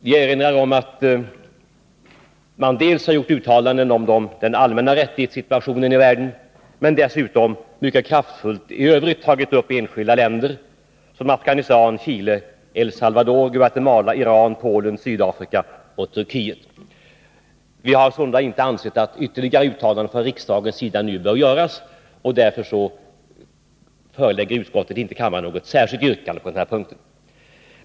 Vi erinrar om att det har gjorts uttalanden om läget i världen rörande mänskliga rättigheter. Men dessutom har man mycket kraftfullt i övrigt tagit upp situationen i enskilda länder såsom Afghanistan, Chile, El Salvador, Guatemala, Iran, Polen, Sydafrika och Turkiet. Vi har sålunda inte ansett att ytterligare uttalanden bör göras nu av riksdagen. Utskottet förelägger därför inte kammaren något särskilt yrkande på den här punkten.